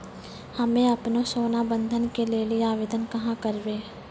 हम्मे आपनौ सोना बंधन के लेली आवेदन कहाँ करवै?